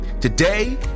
Today